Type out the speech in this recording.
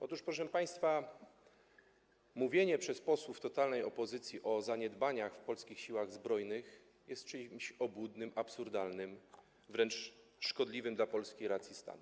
Otóż, proszę państwa, mówienie przez posłów totalnej opozycji o zaniedbaniach w polskich Siłach Zbrojnych jest czymś obłudnym, absurdalnym, wręcz szkodliwym dla polskiej racji stanu.